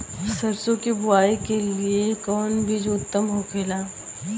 सरसो के बुआई के लिए कवन बिज उत्तम होखेला?